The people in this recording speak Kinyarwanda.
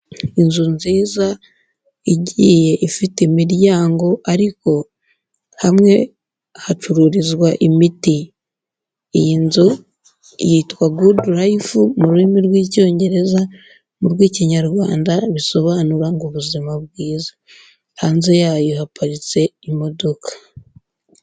Inzu nziza, igiye ifite imiryango, ariko hamwe hacururizwa imiti, iyi nzu yitwa good life mu rurimi rw'icyongereza, mu rw'ikinyarwanda bisobanura ngo ubuzima bwiza, hanze yayo haparitse imodoka.